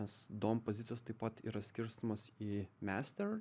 nes dom pozicijas taip pat yra skirstomas į master